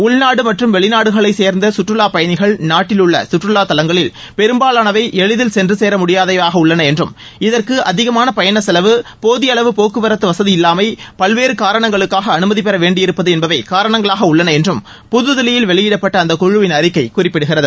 உள்நாடு மற்றும் வெளிநாடுகளை சேர்ந்த குற்றுலா பயணிகள் நாட்டிலுள்ள சுற்றுலா தலங்களில் பெரும்பாலானவை எளிதில் சென்று சேர முடியாதவையாக உள்ளன என்றும் இதற்கு அதிகமான பயணச்செலவு போதிய அளவு போக்குவரத்து வசதியில்லாமை பல்வேறு காரணங்களுக்காக அனுமதி பெறவேண்டியிருப்பது என்பவை காரணங்களாக உள்ளன என்றும் புததில்லியில் வெளியிடப்பட்ட அந்தக்குழுவிள் அறிக்கை குறிப்பிடுகிறது